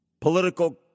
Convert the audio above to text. political